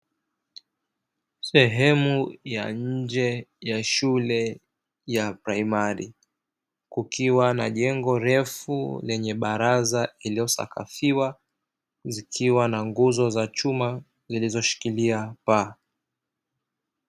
Sehemu ya nje ya shule ya msingi kukiwa na jengo refu yenye baraza iliyosakafiwa zikiwa na nguzo za chuma zilizoshikilia paa.